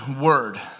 word